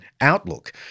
outlook